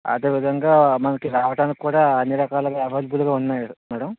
అదేవిధంగా మనకి రావడానికి కూడా అన్నిరకాలుగా ఎవైలబుల్గా ఉన్నాయి మేడమ్